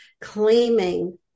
claiming